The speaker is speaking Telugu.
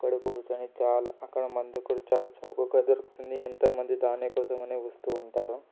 అక్కడ కూర్చుని చాలా అక్కడ మందు కూడా చాలా చౌకగా దొరుకుతుంది ఎంతోమంది దాని కోసం అనే వస్తూ ఉంటారు